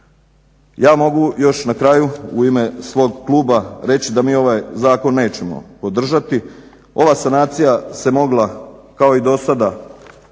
Ja mogu još na kraju u ime svog kluba reći da mi ovaj zakon nećemo podržati. Ova sanacija se mogla kao i dosada